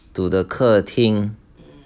to the 客厅